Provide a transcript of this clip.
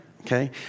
okay